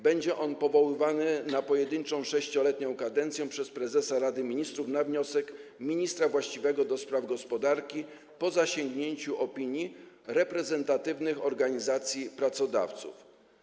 Będzie on powoływany na pojedynczą 6-letnią kadencję przez prezesa Rady Ministrów na wniosek ministra właściwego do spraw gospodarki, po zasięgnięciu opinii reprezentatywnych organizacji pracodawców.